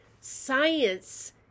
science